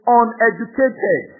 uneducated